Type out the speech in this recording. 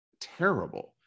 terrible